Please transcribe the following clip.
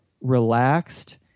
relaxed